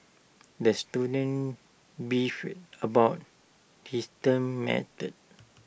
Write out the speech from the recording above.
the student beefed about his turn mates